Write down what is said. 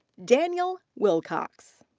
daniel wilcox.